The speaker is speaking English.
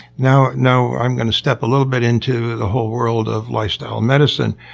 now now i'm going to step a little bit into the whole world of lifestyle medicine,